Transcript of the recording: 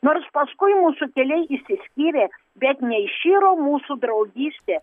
nors paskui mūsų keliai išsiskyrė bet neiširo mūsų draugystė